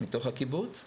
מתוך הקיבוץ,